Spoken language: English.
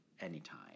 anytime